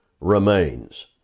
remains